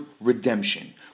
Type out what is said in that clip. redemption